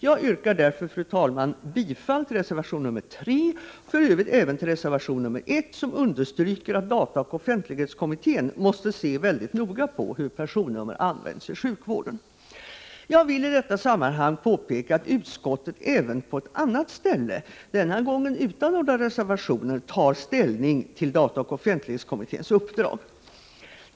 Jag yrkar därför, fru talman, bifall till reservation nr 3, och för övrigt även till reservation nr 1, som understryker att dataoch offentlighetskommittén måste se mycket noga på hur personnummer används i sjukvården. Jag vill i detta sammanhang påpeka att utskottet även på ett annat ställe — denna gång utan några reservationer — tar ställning till dataoch offentlighetskommitténs uppdrag.